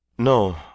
No